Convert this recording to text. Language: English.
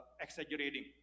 exaggerating